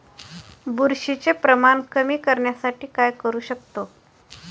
बुरशीचे प्रमाण कमी करण्यासाठी काय करू शकतो?